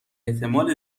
احتمال